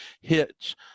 hits